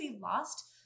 lost